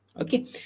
Okay